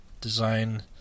design